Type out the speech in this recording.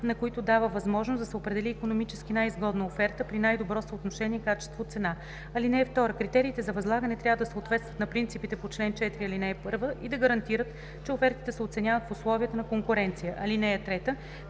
на които дава възможност да се определи икономически най-изгодната оферта при най-добро съотношение „качество-цена“. (2) Критериите за възлагане трябва да съответстват на принципите по чл. 4, ал. 1 и да гарантират, че офертите се оценяват в условията на конкуренция. (3)